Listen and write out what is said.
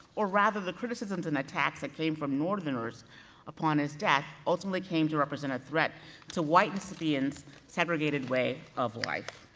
or rather the criticisms and attacks that came from northerners upon his death, ultimately came to represent a threat to white mississippians segregated way of life.